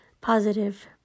positive